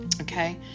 Okay